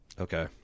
Okay